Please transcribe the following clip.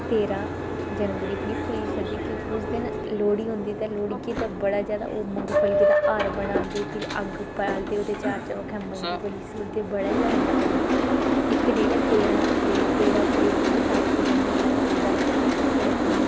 ते तेरां तरीक अपनी पुलीस क्योंकि उस दिन लोह्ड़ी होंदी ते लोह्ड़ी होंदी ते लोह्ड़िये गी बड़ा जादा मुंगफलिये दा हांर बनांदे ते भिरी अग्ग बालदे ते चार चबक्खै मुंगफली सुटदे बड़ा गै जादा मज़ा आंदा इक डेट ऐ तेरां अपॅैल तेरां अप्रैल गी बसाखी दा मेला लगदा इत्थैं साढ़ै